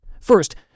First